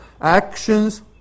Actions